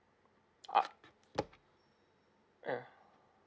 uh mm